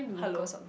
hello